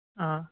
آ